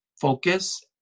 focus